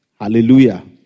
Hallelujah